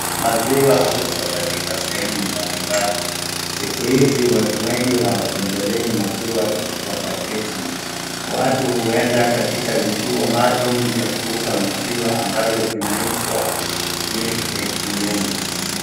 Maziwa huuzwa katika sehemu mbalimbali. Siku hizi watu wengi hawapendelei maziwa ya paketi. Watu huenda katika vituo maalumu vya kuuza maziwa ambavyo vinaitwa milk atm .